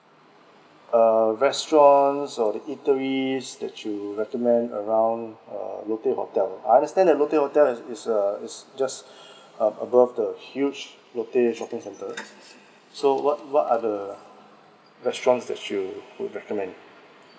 uh restaurants or the eateries that you recommend around uh lotte hotel I understand that lotte hotel is a is just up ab~ above the huge lotte shopping center so what what are the restaurants that you would recommend